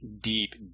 deep